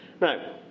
Now